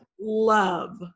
love